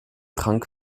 trank